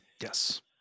Yes